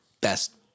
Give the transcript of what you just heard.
best